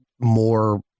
more